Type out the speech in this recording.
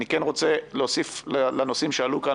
אני כן רוצה להוסיף לנושאים שעלו כאן